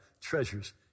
treasures